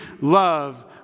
love